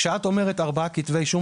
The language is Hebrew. כשאת אומרת "ארבעה כתבי אישום",